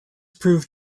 proved